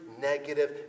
negative